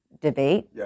debate